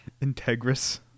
Integris